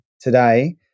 today